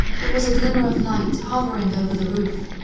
it was a glimmer of light hovering over the roof.